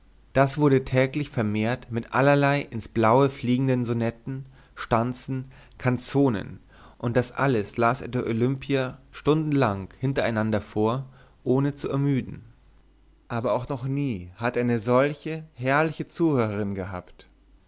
das wurde täglich vermehrt mit allerlei ins blaue fliegenden sonetten stanzen kanzonen und das alles las er der olimpia stundenlang hintereinander vor ohne zu ermüden aber auch noch nie hatte er eine solche herrliche zuhörerin gehabt